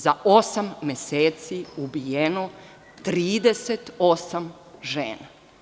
Za osam meseci ubijeno 38 žena.